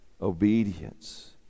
obedience